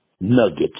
nuggets